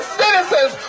citizens